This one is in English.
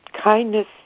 kindness